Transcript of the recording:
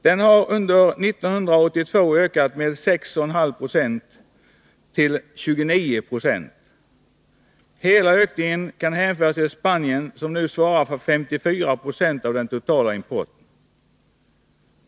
Denna import ökade under 1982 med 6,5 2 till 29 26. Hela ökningen kan hänföras till Spanien, som nu svarar för 54 96 av den totala importen.